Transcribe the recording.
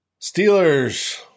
Steelers